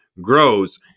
grows